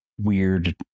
weird